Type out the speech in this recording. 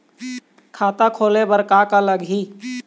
खाता खोले बर का का लगही?